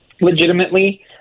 legitimately